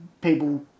people